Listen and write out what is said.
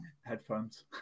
Headphones